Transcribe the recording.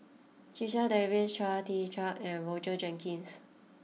Checha Davies Chia Tee Chiak and Roger Jenkins